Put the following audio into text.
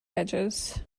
edges